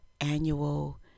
annual